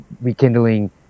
rekindling